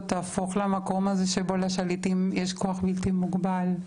תהפוך למקום הזה שבו לשלטים יש כוח בלתי מוגבל.